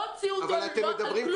לא הוציאו אותו על כלום.